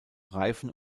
reifen